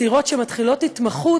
צעירות שהיו מתחילות התמחות,